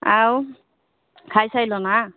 ଆଉ ଖାଇ ସାରିଲ ନା